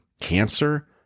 cancer